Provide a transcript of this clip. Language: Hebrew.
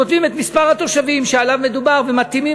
כותבים את מספר התושבים שעליו מדובר ומתאימים